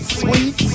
sweet